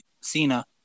Cena